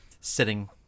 sitting